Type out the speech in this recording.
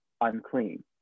unclean